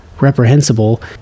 reprehensible